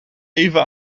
even